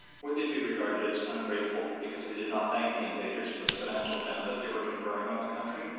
would they be regarded as ungrateful because they did not thank the invaders for the financial benefit they were conferring on the country?